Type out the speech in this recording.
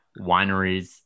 wineries